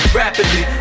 rapidly